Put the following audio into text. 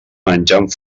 menjant